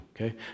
okay